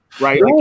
right